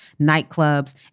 nightclubs